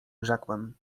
rzekłem